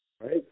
right